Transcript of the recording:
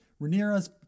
Rhaenyra's